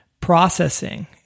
processing